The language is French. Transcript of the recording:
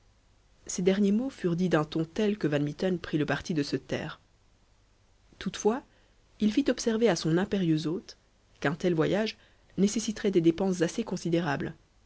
ces derniers mots furent dits d'un ton tel que van mitten prit le parti de se taire toutefois il fit observer à son impérieux hôte qu'un tel voyage nécessiterait des dépenses assez considérables